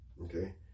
Okay